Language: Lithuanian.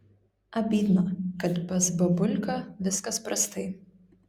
abydna kad pas babulką viskas prastai